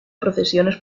procesiones